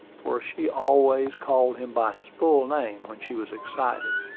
for she always called him by his full name when she was excited.